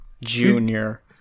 Junior